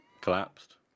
collapsed